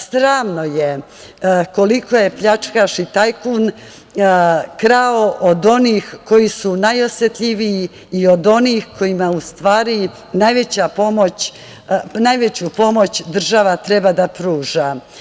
Sramno je koliko je pljačkaš i tajkun krao od onih koji su najosetljiviji i od onih kojima u stvari najveću pomoć država treba da pruža.